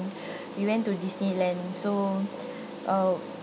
we went to disneyland so uh